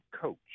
coach